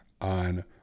on